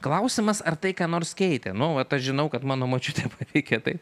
klausimas ar tai ką nors keitė nu vat aš žinau kad mano močiutė tikėjo tai